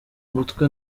mutwe